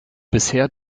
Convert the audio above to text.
bisher